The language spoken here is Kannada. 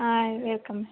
ಹಾಂ ವೆಲ್ಕಮ್